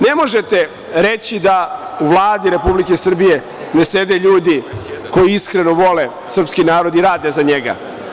Ne možete reći da u Vladi Republike Srbije ne sede ljudi koji iskreno vole srpski narod i rade za njega.